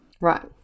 Right